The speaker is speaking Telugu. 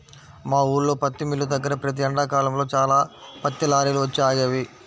మా ఊల్లో పత్తి మిల్లు దగ్గర ప్రతి ఎండాకాలంలో చాలా పత్తి లారీలు వచ్చి ఆగేవి